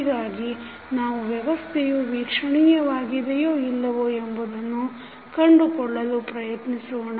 ಹೀಗಾಗಿ ನಾವು ವ್ಯವಸ್ಥೆಯು ವೀಕ್ಷಣೀಯವಾಗಿದೆಯೋ ಇಲ್ಲವೋ ಎಂಬುದನ್ನು ಕಂಡುಕೊಳ್ಳಲು ಪ್ರಯತ್ನಿಸೋಣ